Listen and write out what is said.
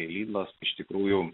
ylos iš tikrųjų